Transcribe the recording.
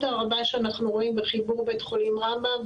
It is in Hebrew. הרבה שאנחנו רואים בחיבור בית חולים רמב"ם,